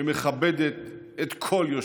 שמכבדת את כל יושביה,